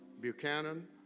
Buchanan